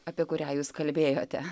apie kurią jūs kalbėjote